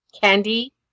candy